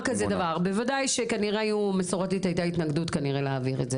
כנראה שמסורתית הייתה התנגדות להעביר את זה.